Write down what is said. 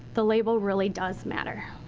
the label really does matter.